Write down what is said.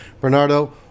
Bernardo